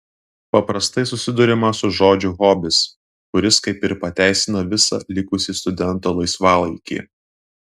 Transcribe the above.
paprastai susiduriama su žodžiu hobis kuris kaip ir pateisina visą likusį studento laisvalaikį